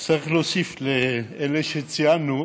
צריך להוסיף לאלה שציינו,